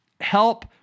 help